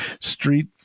street